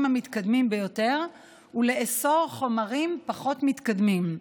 המתקדמים ביותר ולאסור חומרים פחות מתקדמים.